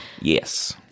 Yes